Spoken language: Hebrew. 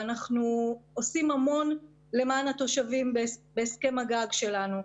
אנחנו עושים המון למען התושבים בהסכם הגג שלנו.